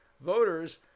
voters